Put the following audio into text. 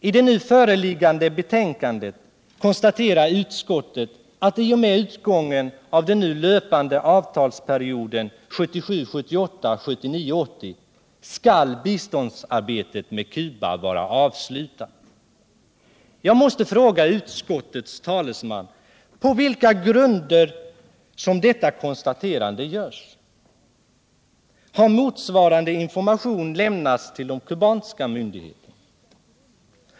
I det nu föreliggande betänkandet konstaterar utskottet att i och med utgången av den nu löpande avtalsperioden 1977 80 skall biståndssamarbetet med Cuba vara avslutat. Jag måste fråga utskottets talesman på vilka grunder detta konstaterande görs. Har motsvarande information lämnats till de kubanska myndigheterna?